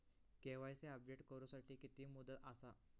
KYC update करू साठी किती मुदत आसा?